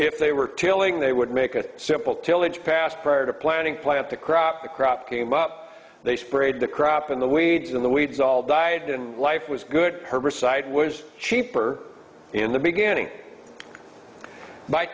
if they were tailing they would make a simple tillage past prior to planting plant the crop the crop came up they sprayed the crop in the weeds in the weeds all died and life was good herbicide was cheaper in the beginning by